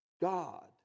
God